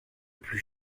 plus